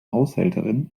haushälterin